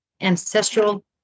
ancestral